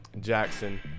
Jackson